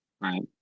right